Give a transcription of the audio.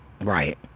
Right